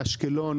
מאשקלון,